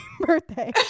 birthday